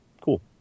Cool